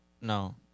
No